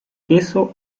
queso